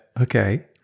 Okay